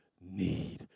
need